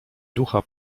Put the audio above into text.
ducha